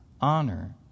honor